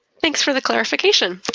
thanks for the clarification.